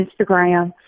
Instagram